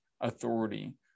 authority